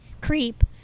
creep